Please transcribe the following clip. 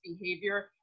behavior